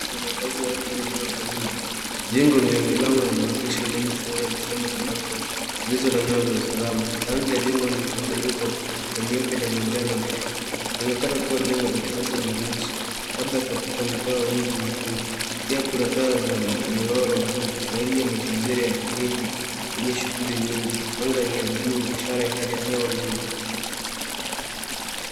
Jengo la makazi ya watu yenye ghorofa nyingi. Jengo lenye milango na madirisha mengi pamoja na Sehemu za [cs ] balkoni [cs ] zilizo na nyavu za usalama. Rangi ya jengo ni mchanganyiko wa nyeupe na manjano hafifu. Linaonekana jengo la kisasa la mji labda katika mtaa wa mji mkuu. Pia kuna taa za minyororo juu. Taili ya mazingira ya miji yenye shughuli nyingi. Anga ni ya bluu ishara ya hali ya hewa nzuri.